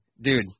dude